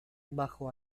bajo